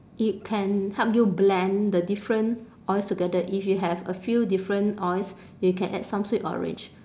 it can help you blend the different oils together if you have a few different oils you can add some sweet orange